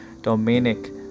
Dominic